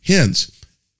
Hence